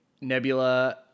Nebula